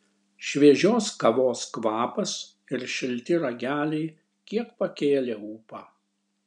šviežios kavos kvapas ir šilti rageliai kiek pakėlė ūpą